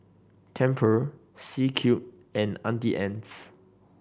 Tempur C Cube and Auntie Anne's